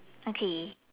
okay